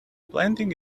blending